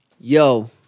Yo